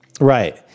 right